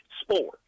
sports